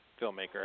filmmaker